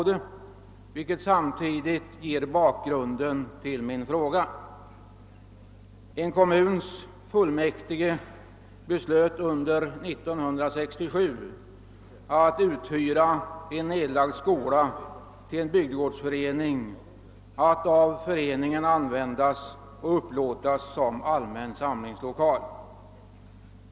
Det kan också samtidigt ge bakgrunden till min fråga. En kommuns fullmäktige beslöt 1967 att hyra ut en nedlagd skola till en bygdegårdsförening, att av föreningen användas och upplåtas som allmän samlingslokal.